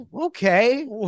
okay